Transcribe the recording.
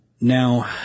now